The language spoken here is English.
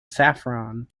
saffron